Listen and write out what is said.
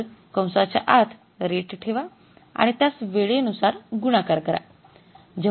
तर कंसाच्या आत रेट ठेवा आणि त्यास वेळेनुसार गुणाकार करा